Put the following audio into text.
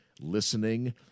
listening